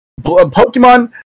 Pokemon